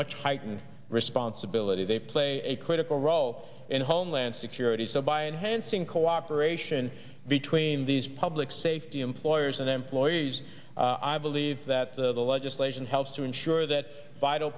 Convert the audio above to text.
much heightened response stability they play a critical role in homeland security so by enhancing cooperation between these public safety employers and employees i believe that the legislation helps to ensure that vital